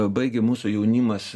baigė mūsų jaunimas